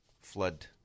flood